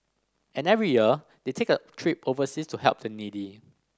and every year they take a trip overseas to help the needy